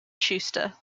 schuster